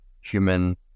human